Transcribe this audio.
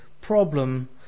problem